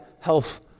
health